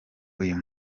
uyu